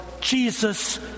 Jesus